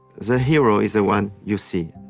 the hero is the one you see,